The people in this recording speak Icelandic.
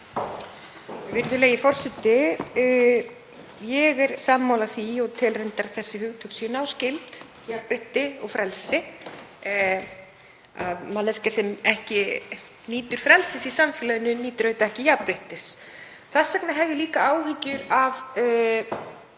Virðulegi forseti. Ég er sammála því og tel reyndar að þessi hugtök séu náskyld, jafnrétti og frelsi, að manneskja sem ekki nýtur frelsis í samfélaginu njóti auðvitað ekki jafnréttis. Þess vegna hef ég líka áhyggjur af